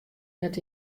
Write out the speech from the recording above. net